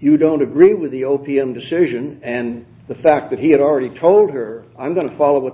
you don't agree with the opium decision and the fact that he had already told her i'm going to follow what